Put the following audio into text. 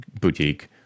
boutique